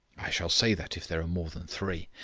i shall say that if there are more than three.